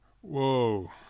whoa